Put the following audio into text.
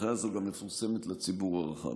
הנחיה זו גם מפורסמת לציבור הרחב.